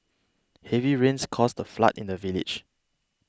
heavy rains caused a flood in the village